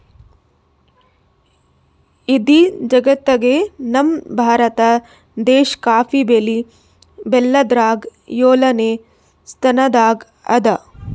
ಇಡೀ ಜಗತ್ತ್ನಾಗೆ ನಮ್ ಭಾರತ ದೇಶ್ ಕಾಫಿ ಬೆಳಿ ಬೆಳ್ಯಾದ್ರಾಗ್ ಯೋಳನೆ ಸ್ತಾನದಾಗ್ ಅದಾ